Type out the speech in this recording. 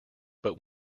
but